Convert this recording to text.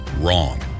Wrong